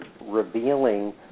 revealing